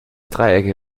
dreiecke